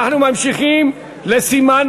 אנחנו ממשיכים לסימן